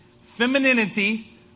Femininity